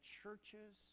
churches